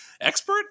expert